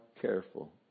careful